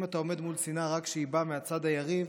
אם אתה עומד מול שנאה רק כשהיא באה מהצד היריב,